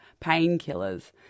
painkillers